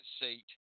seat